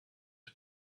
and